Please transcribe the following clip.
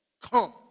Come